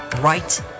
right